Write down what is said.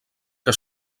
que